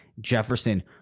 Jefferson